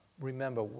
remember